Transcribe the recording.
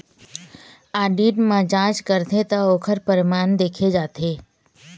audit म जांच करथे त ओखर परमान देखे जाथे